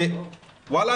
וואלה,